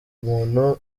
muntu